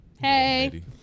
Hey